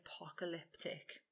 apocalyptic